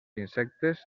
insectes